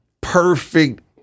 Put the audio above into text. perfect